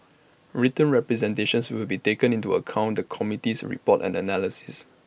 written representations will be taken into account the committee's report and analysis